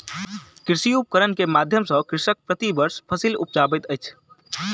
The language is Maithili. कृषि उपकरण के माध्यम सॅ कृषक प्रति वर्ष फसिल उपजाबैत अछि